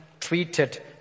treated